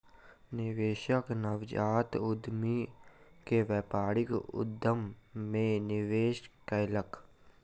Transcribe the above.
निवेशक नवजात उद्यमी के व्यापारिक उद्यम मे निवेश कयलक